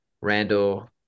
Randall